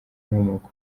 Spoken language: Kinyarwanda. inkomoko